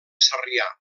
sarrià